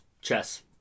chess